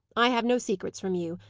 i have no secrets from you.